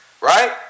right